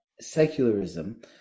secularism